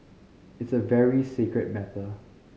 it's a very sacred matter